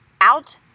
Out